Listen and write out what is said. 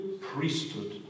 priesthood